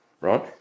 Right